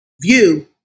view